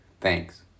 Thanks